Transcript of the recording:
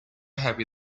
happy